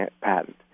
patent